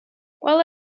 while